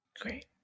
Great